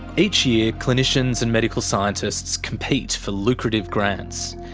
each year, clinicians and medical scientists compete for lucrative grants.